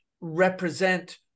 represent